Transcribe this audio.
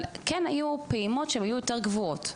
אבל כן היו פעימות שהן היו יותר גבוהות,